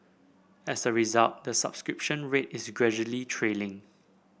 as a result the subscription rate is gradually trailing